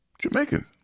Jamaican